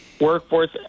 workforce